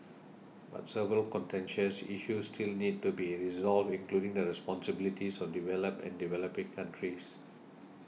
but several contentious issues still need to be resolved including the responsibilities of developed and developing countries